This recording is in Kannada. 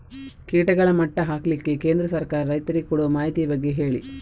ಕೀಟಗಳ ಮಟ್ಟ ಹಾಕ್ಲಿಕ್ಕೆ ಕೇಂದ್ರ ಸರ್ಕಾರ ರೈತರಿಗೆ ಕೊಡುವ ಮಾಹಿತಿಯ ಬಗ್ಗೆ ಹೇಳಿ